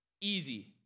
Easy